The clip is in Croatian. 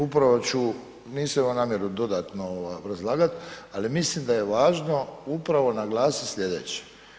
Upravo ću, nisam imao namjeru dodatno obrazlagati ali mislim da je važno upravo naglasiti sljedeće.